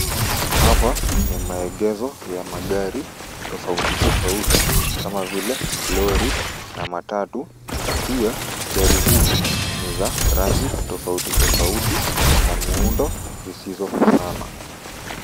Hapa ni maegesho ya magari tofauti tofauti kama vile, Lori na Matatu. Pia gari hizi ni za rangi tofauti tofauti na miundo zisizofanana.